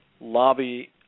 lobby